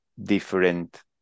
different